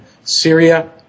Syria